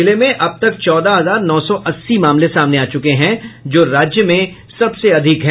जिले में अब तक चौदह हजार नौ सौ अस्सी मामले सामने आ चुके हैं जो राज्य में सबसे अधिक है